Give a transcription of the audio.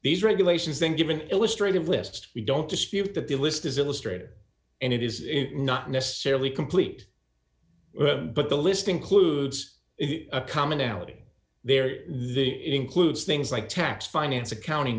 these regulations then give an illustrated list we don't dispute that the list is illustrated and it is not necessarily complete but the list includes a commonality there includes things like tax finance accounting